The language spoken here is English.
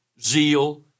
zeal